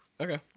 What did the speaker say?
Okay